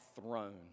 throne